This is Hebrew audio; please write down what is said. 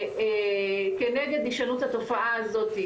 כנגד הישנות התופעה הזאת,